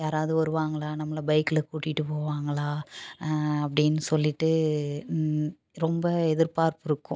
யாராவது வருவாங்களா நம்மள பைக்ல கூட்டிட்டு போவாங்களா அப்படின் சொல்லிட்டு ரொம்ப எதிர்பார்ப்பு இருக்கும்